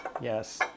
Yes